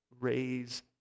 raise